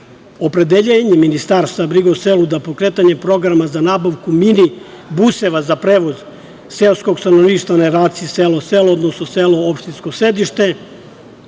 selima. Opredeljenje Ministarstva za brigu o selu za pokretanje programa za nabavku minibuseva za prevoz seoskog stanovništva na relaciji selo – selo, odnosno selo – opštinsko sedište,